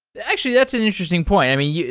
actually, that's an interesting point. i mean,